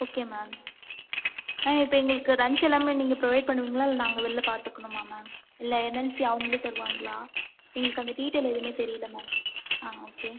okay ma'am ma'am இப்போ எங்களுக்கு lunch எல்லாமே நீங்கள் ப்ரொவைட் பண்ணுவிங்களா இல்லை நாங்கள் வெளில பார்த்துக்கணுமா மேம் இல்லை என்எல்சி அவங்களே தருவார்களா எங்களுக்கு அந்த டீடெயில் எதுவுமே தெரியல மேம் ஆ ஓகே